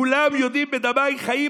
כולם יודעים את "בדמייך חיי",